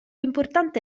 importante